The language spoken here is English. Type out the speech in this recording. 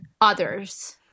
others